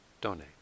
donate